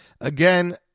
Again